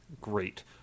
great